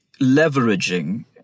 leveraging